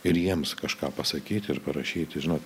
ir jiems kažką pasakyti ir parašyti žinot